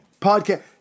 podcast